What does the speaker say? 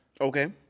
Okay